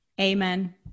Amen